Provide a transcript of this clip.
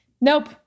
Nope